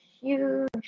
huge